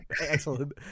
Excellent